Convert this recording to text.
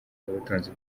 n’ubutunzi